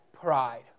pride